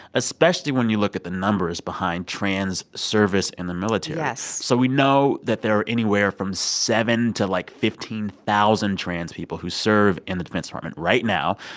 especially when you look at the numbers behind trans service in the military yes so we know that there are anywhere from seven to like fifteen thousand trans people who serve in the defense department right now.